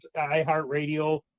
iHeartRadio